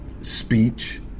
speech